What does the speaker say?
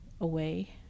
away